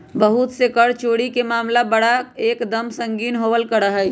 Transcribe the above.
बहुत से कर चोरी के मामला बड़ा एक दम संगीन होवल करा हई